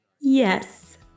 Yes